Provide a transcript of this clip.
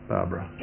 Barbara